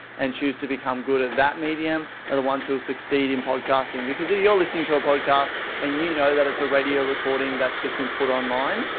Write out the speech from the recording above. and choose to become good at that medium are the ones who will succeed in podcasting. because if you're listening to a podcast and you know that it's a radio recording that's just been put online,